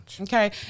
Okay